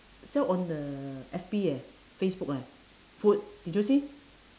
sell on the F_B eh facebook eh food did you see